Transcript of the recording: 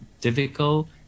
difficult